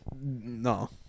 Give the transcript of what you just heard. no